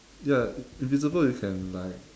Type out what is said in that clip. ya invisible you can like